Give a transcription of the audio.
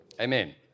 Amen